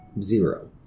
Zero